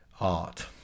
art